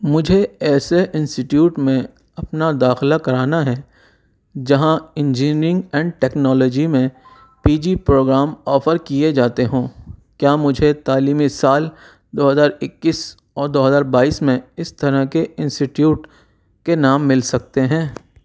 مجھے ایسے انسیٹیوٹ میں اپنا داخلہ کرانا ہے جہاں انجینئرنگ اینڈ ٹیکنالوجی میں پی جی پروگرام آفر کیے جاتے ہوں کیا مجھے تعلیمی سال دو ہزار اکیس اور دو ہزار بائیس میں اس طرح کے انسیٹیوٹ کے نام مل سکتے ہیں